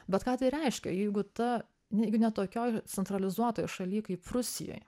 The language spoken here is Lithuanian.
bet ką tai reiškia jeigu ta jeigu net tokioj centralizuotoj šalyj kaip rusijoj